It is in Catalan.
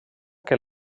que